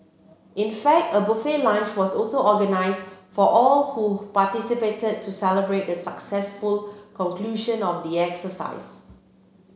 in fact a buffet lunch was also organised for all who participated to celebrate the successful conclusion of the exercise